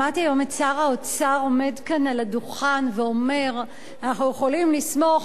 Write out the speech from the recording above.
שמעתי היום את שר האוצר עומד כאן על הדוכן ואומר: אנחנו יכולים לסמוך